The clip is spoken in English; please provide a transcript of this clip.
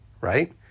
right